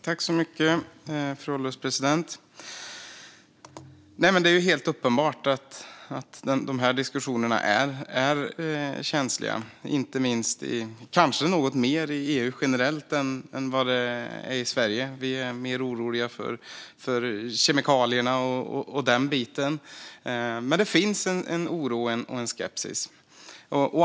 Fru ålderspresident! Det är ju helt uppenbart att de här diskussionerna är känsliga - kanske något mer i EU generellt än i Sverige. Vi är mer oroliga för kemikalierna och den biten. Men det finns en oro och en skepsis.